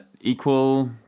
equal